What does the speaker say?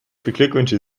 beglückwünsche